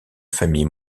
famille